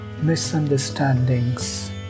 misunderstandings